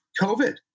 COVID